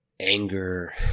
anger